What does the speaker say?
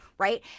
right